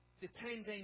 Depending